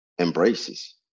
embraces